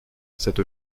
cette